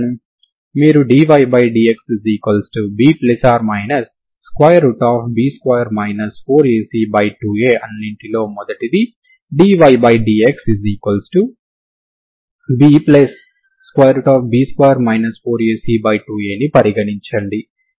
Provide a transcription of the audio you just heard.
మీరు dydxB±B2 4AC2A అన్నింటిలో మొదటిది dydxBB2 4AC2Aని పరిగణించండి